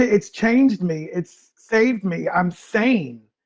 it's changed me. it's saved me. i'm sane.